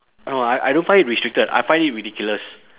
no I I don't find it restricted I find it ridiculous